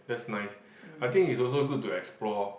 that's nice I think it's also good to explore